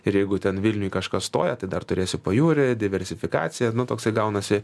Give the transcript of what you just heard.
ir jeigu ten vilniuj kažkas stoja tai dar turėsiu pajūry diversifikacija nu toksai gaunasi